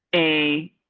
a,